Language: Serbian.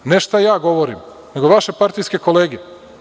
Ne šta ja govorim, nego vaše partijske kolege.